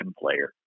player